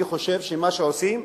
אני חושב שמה שעושים,